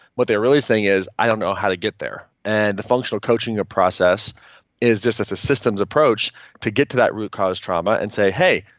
what they're really saying is, i don't know how to get there, and the functional coaching ah process is just it's a systems approach to get to that root cause trauma and say, hey,